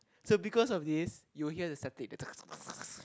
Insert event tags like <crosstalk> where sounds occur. so because of this you'll hear the static the <noise>